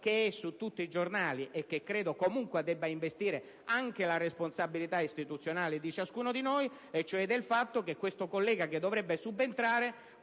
che è su tutti i giornali e che credo comunque debba investire anche la responsabilità istituzionale di ciascuno di noi: mi riferisco al fatto che il collega che dovrebbe subentrare